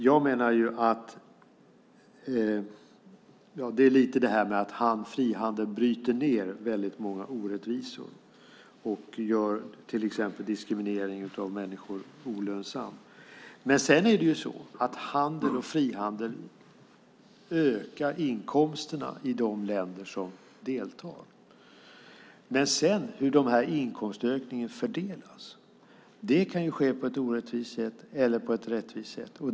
Jag menar att frihandeln bryter ned många orättvisor och gör diskriminering av människor olönsam. Handel och frihandel ökar inkomsterna i de länder som deltar, men fördelningen av denna inkomstökning kan ske på ett rättvist eller orättvist sätt.